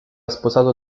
sposato